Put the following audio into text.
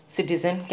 Citizen